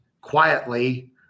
quietly